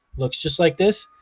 looks just like this,